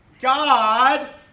God